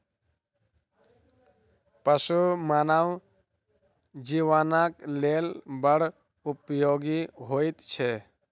पशु मानव जीवनक लेल बड़ उपयोगी होइत छै